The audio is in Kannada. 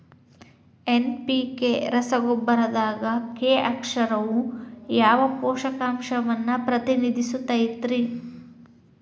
ಎನ್.ಪಿ.ಕೆ ರಸಗೊಬ್ಬರದಾಗ ಕೆ ಅಕ್ಷರವು ಯಾವ ಪೋಷಕಾಂಶವನ್ನ ಪ್ರತಿನಿಧಿಸುತೈತ್ರಿ?